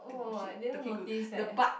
uh I didn't notice leh